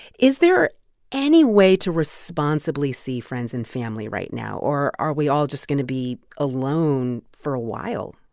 is there any way to responsibly see friends and family right now? or are we all just going to be alone for a while?